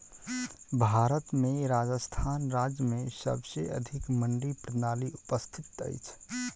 भारत में राजस्थान राज्य में सबसे अधिक मंडी प्रणाली उपस्थित अछि